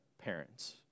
parents